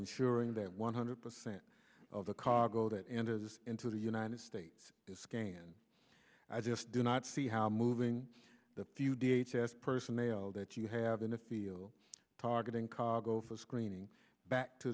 ensuring that one hundred percent of the cargo that enters into the united states is scanned i just do not see how moving the few d n a test personnel that you have in the field targeting cargo for screening back to